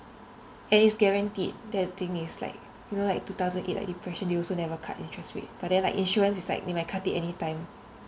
and it's guaranteed that thing is like you know like two thousand eight like depression also they never cut interest rate but then insurance is like they might cut it anytime